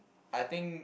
I think